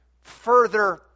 further